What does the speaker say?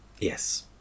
Yes